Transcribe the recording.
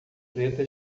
preta